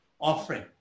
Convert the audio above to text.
offering